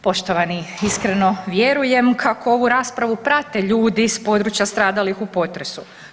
Poštovani iskreno vjerujem kako ovu raspravu prate ljudi s područja stradalih u potresu.